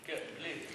כן, בלי.